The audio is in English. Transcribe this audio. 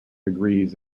agrees